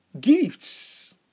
Gifts